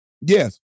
Yes